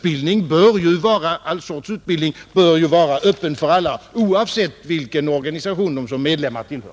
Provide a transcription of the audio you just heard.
All sorts utbildning bör ju vara öppen för alla oavsett vilken organisation de som medlemmar tillhör.